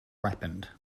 ripened